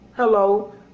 Hello